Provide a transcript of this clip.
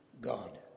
God